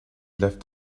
left